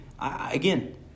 again